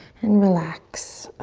and relax.